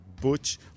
Butch